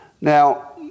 Now